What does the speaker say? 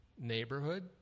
neighborhood